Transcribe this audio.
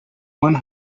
one